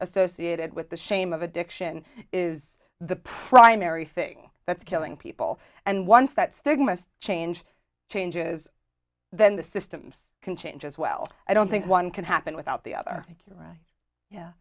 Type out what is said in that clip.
associated with the shame of addiction is the primary thing that's killing people and once that stigma of change changes then the system can change as well i don't think one can happen without the other think you're right